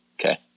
Okay